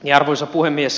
arvoisa puhemies